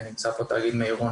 ונמצא פה תאגיד מי עירון,